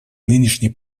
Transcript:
нынешний